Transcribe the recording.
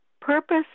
Purpose